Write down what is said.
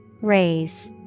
Raise